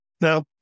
Now